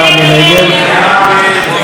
מי